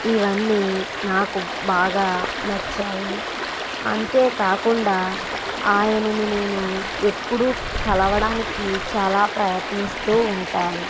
ఇవన్నీ నాకు బాగా నచ్చాయి అంతే కాకుండా ఆయనని నేను ఎప్పుడు కలవడానికీ చాలా ప్రయత్నిస్తు ఉంటాను